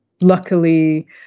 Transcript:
luckily